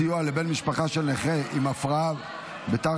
סיוע לבן משפחה של נכה עם הפרעה בתר-חבלתית),